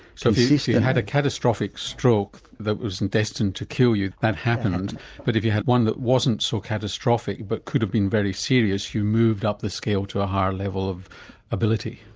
so if you and had a catastrophic stroke that wasn't destined to kill you that happened but if you had one that wasn't so catastrophic but could have been very serious you moved up the scale to a higher level of ability?